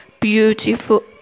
beautiful